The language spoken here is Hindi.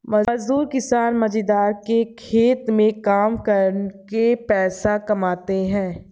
मजदूर किसान जमींदार के खेत में काम करके पैसा कमाते है